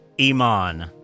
Iman